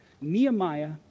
Nehemiah